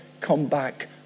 comeback